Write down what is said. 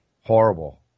Horrible